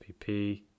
pp